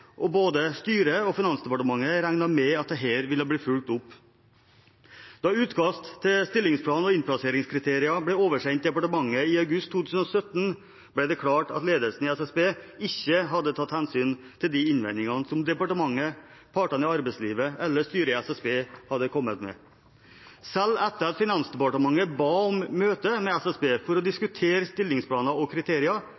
og både styret og Finansdepartementet regnet med at dette ville bli fulgt opp. Da utkast til stillingsplan og innplasseringskriterier ble oversendt departementet i august 2017, ble det klart at ledelsen i SSB ikke hadde tatt hensyn til de innvendingene som departementet, partene i arbeidslivet eller styret i SSB hadde kommet med. Selv etter at Finansdepartementet ba om møte med SSB for å